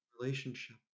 relationship